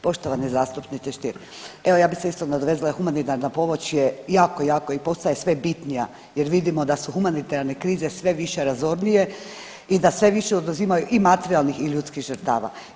Poštovani zastupniče Stier, evo ja bi se isto nadovezala, humanitarna pomoć je jako, jako i postaje sve bitnija jer vidimo da su humanitarne krize sve više razornije i da sve više oduzimaju i materijalnih i ljudskih žrtava.